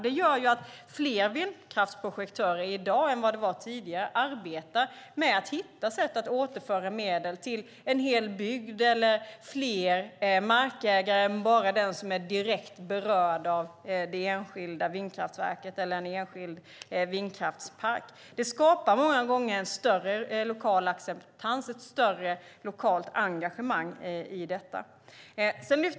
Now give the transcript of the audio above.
Det gör att fler vinkraftsprojektörer än tidigare i dag arbetar med att hitta sätt att återföra medel till en hel bygd eller till fler markägare än bara den som är direkt berörd av det enskilda vindkraftverket eller den enskilda vindkraftsparken. Det skapar många gånger en större lokal acceptans och ett större lokalt engagemang i detta.